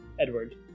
edward